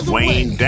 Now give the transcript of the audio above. Wayne